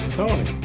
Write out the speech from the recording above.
Tony